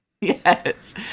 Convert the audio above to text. yes